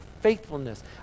faithfulness